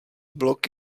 blok